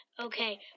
okay